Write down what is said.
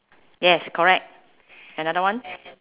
yes correct another one